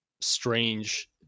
strange